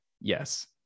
Yes